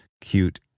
cute